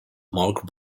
mark